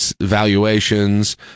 valuations